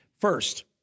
First